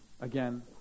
Again